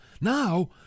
Now